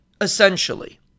essentially